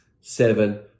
seven